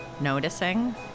noticing